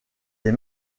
des